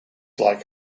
like